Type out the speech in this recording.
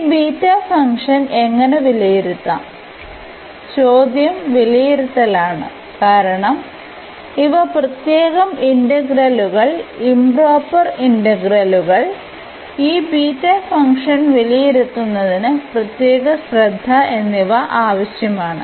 ഈ beta function എങ്ങനെ വിലയിരുത്താം ചോദ്യം വിലയിരുത്തലാണ് കാരണം ഇവ പ്രത്യേക ഇന്റഗ്രലുകൾ ഇoപ്രോപ്പർ ഇന്റഗ്രലുകൾ ഈ ബീറ്റ ഫംഗ്ഷൻ വിലയിരുത്തുന്നതിന് പ്രത്യേക ശ്രദ്ധ എന്നിവ ആവശ്യമാണ്